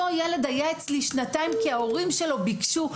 אותו ילד היה אצלי שנתיים כי ההורים שלו ביקשו,